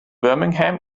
birmingham